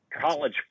college